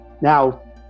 Now